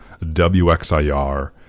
WXIR